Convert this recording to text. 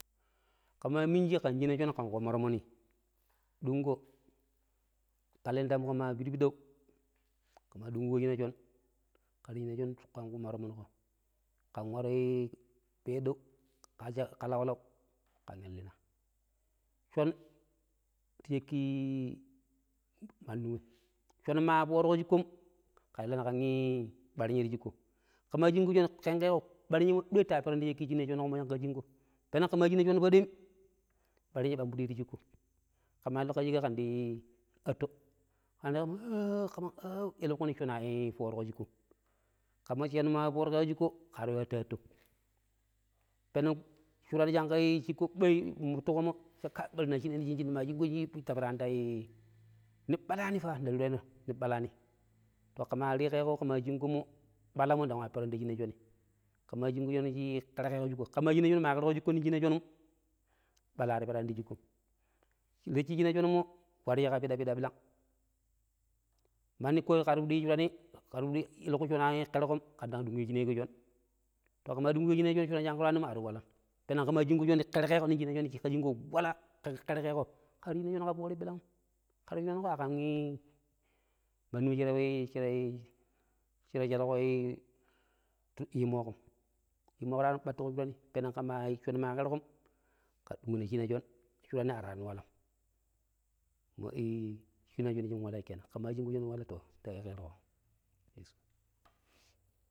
﻿Ke maa minjii ƙen shina shon ƙen ƙuma tomoni, dungƙo, ƙilandam ƙo maa pirpiɗou, ke maa ɗung ƙuƙo shiina shon, ƙera shiina shon ƙen ƙuma tomonƙo. ƙen waro peedou kacha ka laulau ƙen illina. Shon ta shaƙƙi manni wei shon maa fooruƙo shikkom ƙera illaani ƙan ɓarinye ti shikko. Ke maa shingƙo shon ƙengƙo ɓarinyemo doi taa peraani ta shaƙƙi shinan chonummo shingƙa shingƙo, peneng ƙe maa shina shon paɗoim ɓarinye ɓambiɗi ti shiƙƙo. ƙe maa illiƙo ƙan sheket ƙendi yui atto. ƙe pang - umm, ƙe pang-aa ou- elenƙuni shon afooruƙo shiƙƙom shon maa fooriƙeeƙo shiƙƙo ƙe ta yu atto - attom. Peneng shuran shi shiƙƙo ɗoi muttuƙo mmo cha kai bari naa shineeno shinji ne maa shingƙo shinnjimmo ta pera ni tei ni ɓalaani pa, nda wreeeno ni ɓaalani to ƙema riƙeƙeƙo, ƙe ma shinƙommo ne ɓalaani ta nda ruweeno ne balaani. Ke maa ruƙeemo ƙe maa shingƙomo ɓalamo ndang nwa peron ta shina shonni. ƙemaa shingƙo shon shi ƙerƙeekƙo shiƙƙo, ƙe maa shina shoon, maa ƙerƙo shiƙƙo nong shinaa shon, ɓala a ta peraani ti shiƙƙom. Rashi shina shonmo warji ƙa pida-pida ɓirang manni ƙo ƙe ta piɗi yu shurani ke fuɗii eleƙui shonni a ƙerkom ƙen shineeƙo shon. ƙe maa dungƙo shon shiran shingƙa ta ywaani maar yu walan. Peneng ƙe maa shingƙo shon shonni ƙerƙeeƙo ƙar shina shon ƙa foori ɓirang'um. ƙe ta yu shurauƙo aƙam mandi we shira ii. Shaduƙoi ii yimooƙom. Yimooƙota ywaani ɓara tuƙu shurani. Peneng shoni maa ƙerƙom ƙe ta ɗungƙuna shina shon shurani ar waraani walam. Mo i shina shon shin walai kenan. ƙema shinƙo shonshin wala to.